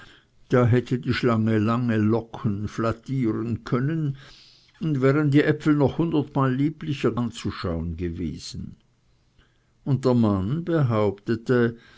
da hätte die schlange lange locken flattieren können und wären die äpfel noch hundertmal lieblicher anzuschauen gewesen und der mann behauptete